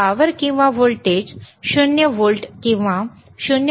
power किंवा voltage 0 volt किंवा 0